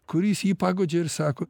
kuris jį paguodžia ir sako